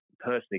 personally